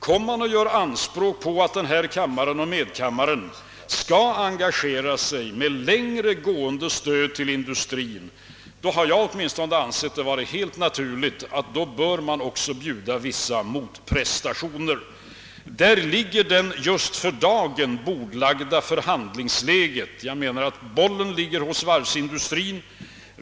Kommer man att göra anspråk på att denna kammare och medkammaren skall engagera sig för längre gående stöd till industrin, anser jag det vara helt naturligt att man också bör erbjuda vissa motprestationer. Detta är läget just för dagen beträffande de bordlagda förhandlingarna. Jag menar att bollen ligger hos varvsindustrin.